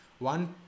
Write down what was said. One